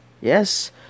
yes